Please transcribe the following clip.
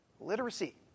literacy